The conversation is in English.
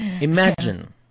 Imagine